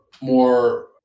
more